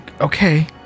Okay